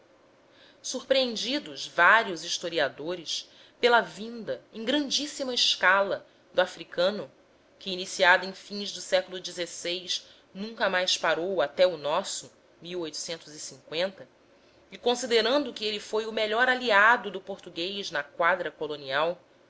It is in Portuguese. surpreendidos vários historiadores pela vinda em grandíssima escala do africano que iniciada em fins do século xvi nunca mais parou até ao nosso e considerando que ele foi o melhor aliado do português na quadra colonial